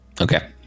okay